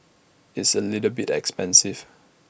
it's A little bit expensive